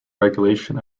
regulation